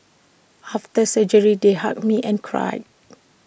after surgery they hugged me and cried